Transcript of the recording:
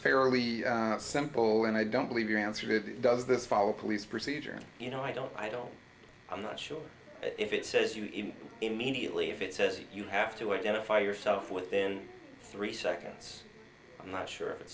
fairly simple and i don't believe your answer to that does this follow police procedure and you know i don't i don't i'm not sure if it says you even immediately if it says you have to identify yourself within three seconds i'm not sure if it